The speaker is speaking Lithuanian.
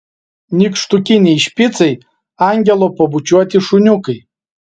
nykštukiniai špicai angelo pabučiuoti šuniukai